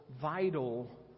vital